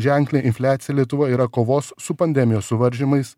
ženklią infliacija lietuvoj yra kovos su pandemijos suvaržymais